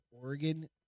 Oregon